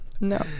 No